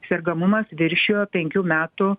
sergamumas viršijo penkių metų